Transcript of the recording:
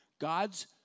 God's